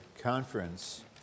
conference